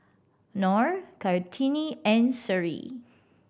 Nor Kartini and Seri